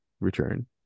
return